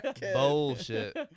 Bullshit